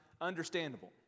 understandable